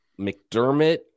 mcdermott